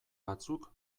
batzuk